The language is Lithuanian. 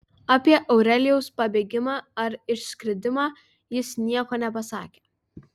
apie aurelijaus pabėgimą ar išskridimą jis nieko nepasakė